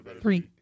three